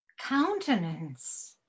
countenance